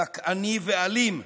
דכאני ואלים.